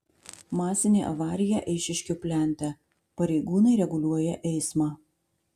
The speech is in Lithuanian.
masinė avarija eišiškių plente pareigūnai reguliuoja eismą